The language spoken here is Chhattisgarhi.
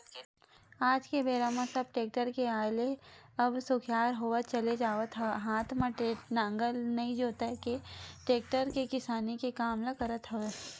आज के बेरा म सब टेक्टर के आय ले अब सुखियार होवत चले जावत हवय हात म नांगर नइ जोंत के टेक्टर ले किसानी के काम ल करत हवय